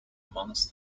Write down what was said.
amongst